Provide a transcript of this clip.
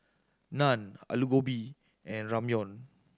Naan Alu Gobi and Ramyeon